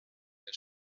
der